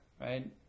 right